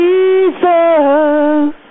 Jesus